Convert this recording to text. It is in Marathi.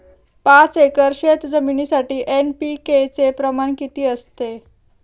पाच एकर शेतजमिनीसाठी एन.पी.के चे प्रमाण किती असते?